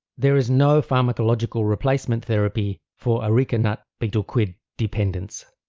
there is no pharmacological replacement therapy for areca nut betel quid dependence.